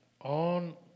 on